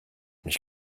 mich